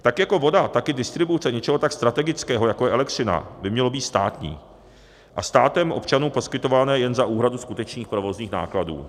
Tak jako voda, tak i distribuce něčeho tak strategického, jako je elektřina, by mělo být státní a státem občanům poskytované jen za úhradu skutečných provozních nákladů.